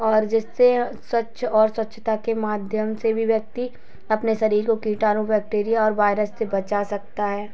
और जिससे स्वच्छ और स्वच्छता के माध्यम से भी व्यक्ति अपने शरीर को कीटाणु बैक्टीरिया और वायरस से बचा सकता है